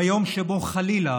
ביום שבו חלילה